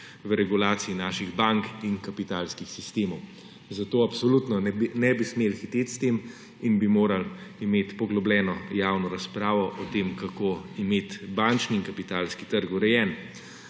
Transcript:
v regulaciji naših bank in kapitalskih sistemov. Zato absolutno ne bi smeli hiteti s tem in bi morali imeti poglobljeno javno razpravo o tem, kako imeti bančni in kapitalski trg urejen.